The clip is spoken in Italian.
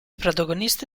protagonisti